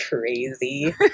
crazy